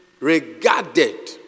Regarded